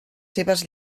seves